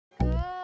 Good